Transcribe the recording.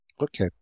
Okay